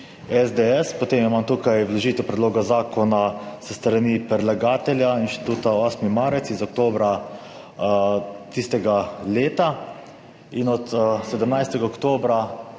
SDS. Potem imam tukaj vložitev predloga zakona s strani predlagatelja Inštituta 8. marec iz oktobra tistega leta. Od 17. oktobra